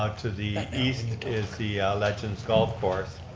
ah to the east is the legends golf course.